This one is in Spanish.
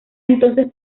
entonces